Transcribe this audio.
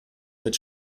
mit